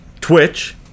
twitch